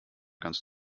ganz